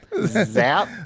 Zap